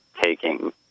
taking